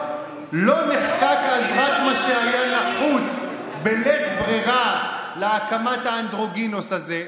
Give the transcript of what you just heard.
לא נחקק אז רק מה שהיה נחוץ בלית ברירה להקמת האנדרוגינוס הזה,